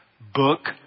book